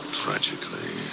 tragically